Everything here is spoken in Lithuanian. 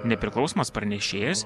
nepriklausomas pranešėjas